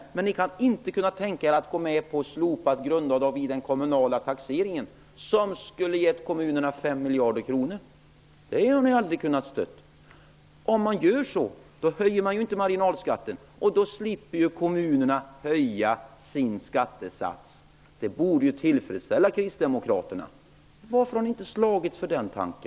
Men ni kan inte tänka er att gå med på förslaget om slopat grundavdrag i den kommunala taxeringen som skulle ge kommunerna 5 miljarder kronor. Om man gör så, höjer man ju inte marginalskatten, och då slipper kommunerna höja sin skattesats. Detta borde ju tillfredsställa Kristdemokraterna. Varför har ni inte slagits för denna tanke?